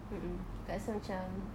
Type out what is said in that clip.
mm mm akak rasa macam